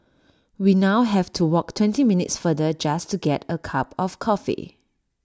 we now have to walk twenty minutes farther just to get A cup of coffee